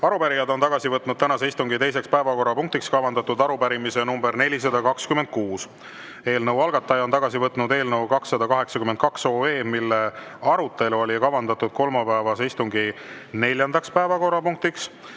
Arupärijad on tagasi võtnud tänase istungi teiseks päevakorrapunktiks kavandatud arupärimise nr 426. Eelnõu algataja on tagasi võtnud eelnõu 282, mille arutelu oli kavandatud kolmapäevase istungi neljandaks päevakorrapunktiks.